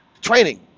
training